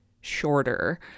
shorter